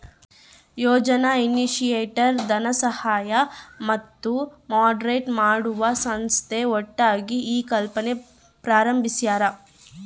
ಯೋಜನಾ initiator ಧನಸಹಾಯ ಮತ್ತು moderate ಮಾಡುವ ಸಂಸ್ಥೆ ಒಟ್ಟಾಗಿ ಈ ಕಲ್ಪನೆ ಪ್ರಾರಂಬಿಸ್ಯರ